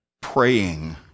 praying